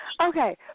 Okay